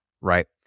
right